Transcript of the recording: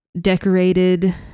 decorated